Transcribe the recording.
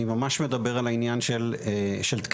אני ממש מדבר על העניין של תקנים,